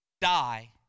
die